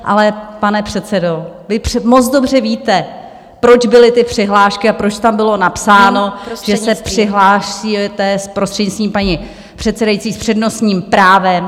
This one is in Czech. Ale pane předsedo, vy moc dobře víte, proč byly ty přihlášky a proč tam bylo napsáno... , že se přihlásíte, prostřednictvím paní předsedající, s přednostním právem.